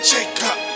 Jacob